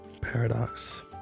Paradox